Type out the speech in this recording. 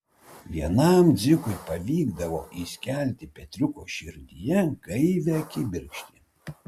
vienam dzikui pavykdavo įskelti petriuko širdyje gaivią kibirkštį